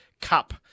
cup